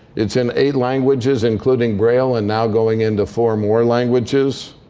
it's in eight languages, including braille, and now going into four more languages.